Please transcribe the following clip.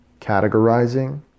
categorizing